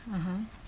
(uh huh)